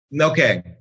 Okay